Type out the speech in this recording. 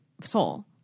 soul